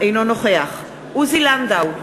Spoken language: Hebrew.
אינו נוכח עוזי לנדאו,